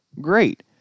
great